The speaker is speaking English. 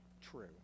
true